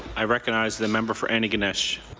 i recognize the member for antigonish.